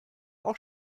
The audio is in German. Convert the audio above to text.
auch